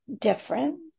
different